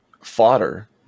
fodder